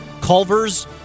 Culver's